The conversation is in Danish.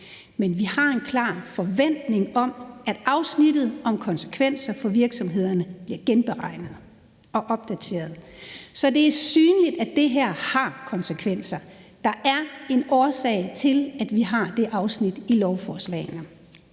Men vi har en klar forventning om, at tallene i afsnittet om konsekvenser for virksomhederne bliver genberegnet og opdateret, så det er synligt, at det her har konsekvenser. Der er en årsag til, at vi har det afsnit i lovforslagene.